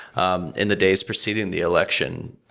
um in the days preceding the election,